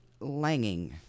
Langing